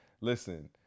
Listen